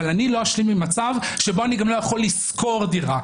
אבל אני לא אשלים עם מצב שבו אני גם לא יכול לשכור דירה,